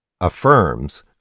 affirms